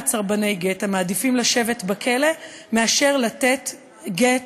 לא-מעט סרבני גט המעדיפים לשבת בכלא מאשר לתת גט,